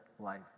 life